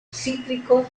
cítricos